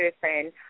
person